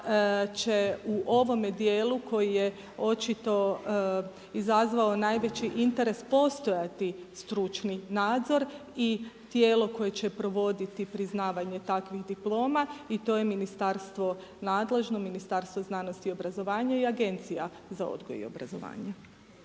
će u ovome dijelu koji je očito izazvao najveći interes postojati stručni nadzor i tijelo koje će provoditi priznavanje takvih diploma i to je ministarstvo nadležno Ministarstvo znanosti i obrazovanja i Agencija za odgoj i obrazovanje.